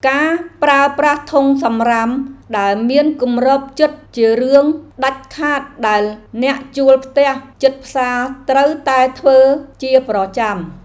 ការប្រើប្រាស់ធុងសំរាមដែលមានគម្របជិតជារឿងដាច់ខាតដែលអ្នកជួលផ្ទះជិតផ្សារត្រូវតែធ្វើជាប្រចាំ។